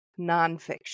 nonfiction